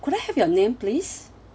could I have your name please